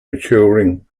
maturing